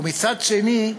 ומצד שני,